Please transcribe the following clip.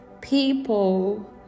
people